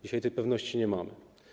Dzisiaj tej pewności nie mamy.